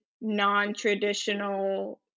non-traditional